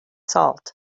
salt